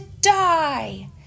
die